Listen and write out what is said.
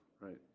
Right